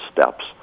steps